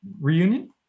Reunion